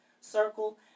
circle